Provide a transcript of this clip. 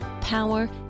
power